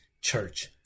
church